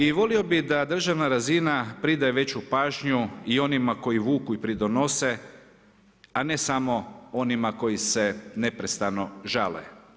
I volio bih da državna razina pridaje veću pažnju i onima koji vuku i pridonose, a ne samo onima koji se neprestano žale.